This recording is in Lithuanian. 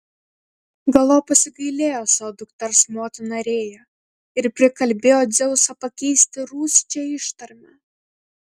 galop pasigailėjo savo dukters motina rėja ir prikalbėjo dzeusą pakeisti rūsčią ištarmę